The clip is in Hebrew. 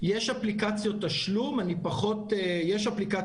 יש אפליקציות תשלום בעולם.